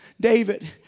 David